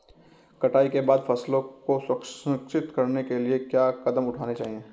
कटाई के बाद फसलों को संरक्षित करने के लिए क्या कदम उठाने चाहिए?